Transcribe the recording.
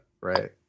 Right